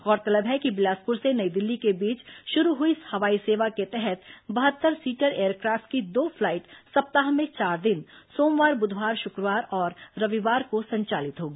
गौरतलब है कि बिलासपुर से नई दिल्ली के बीच शुरू हुए इस हवाई सेवा के तहत बहत्तर सीटर एयरक्राफ्ट की दो फ्लाईट सप्ताह में चार दिन सोमवार बुधवार शुक्रवार और रविवार को संचालित होंगी